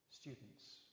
students